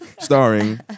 starring